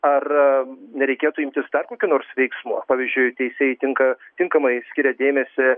ar nereikėtų imtis kokių nors veiksmų pavyzdžiui teisėjui tinka tinkamai skiria dėmesį